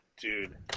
dude